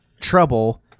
trouble